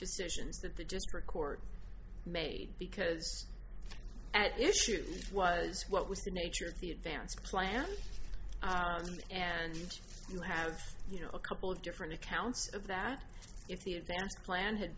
decisions that they just record made because at issue it was what was the nature of the advance planning and you have you know a couple of different accounts of that if the advanced plan had